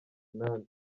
inani